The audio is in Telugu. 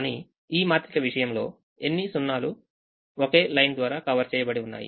కానీ ఈ మాత్రిక విషయంలో ఎన్ని సున్నాలు ఒకే లైన్ ద్వారా కవర్ చేయబడి ఉన్నాయి